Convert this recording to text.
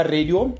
Radio